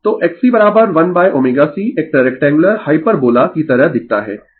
Refer slide Time 2123 तो XC1ωC एक rectangular hyperbola की तरह दिखता है